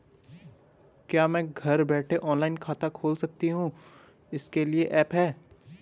क्या मैं घर बैठे ऑनलाइन खाता खोल सकती हूँ इसके लिए कोई ऐप है?